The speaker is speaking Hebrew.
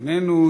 איננו,